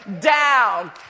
down